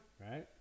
Right